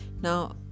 now